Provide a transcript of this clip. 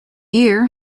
year